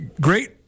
great